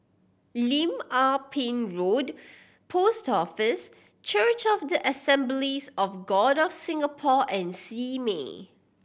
Lim Ah Pin Road Post Office Church of the Assemblies of God of Singapore and Simei